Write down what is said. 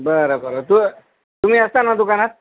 बरं बरं तू तुम्ही असता ना दुकानात